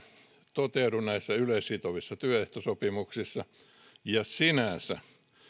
toteudu näissä yleissitovissa työehtosopimuksissa ja sinänsä